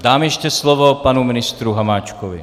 Dám ještě slovo panu ministru Hamáčkovi.